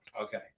Okay